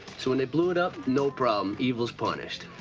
so when they blew it up, no problem. evil's punished.